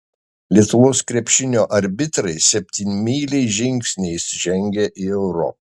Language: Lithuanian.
lietuvos krepšinio arbitrai septynmyliais žingsniais žengia į europą